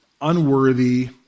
unworthy